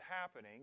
happening